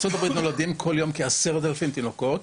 בארה"ב נולדים כל יום כ-10,000 תינוקות.